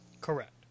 Correct